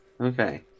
Okay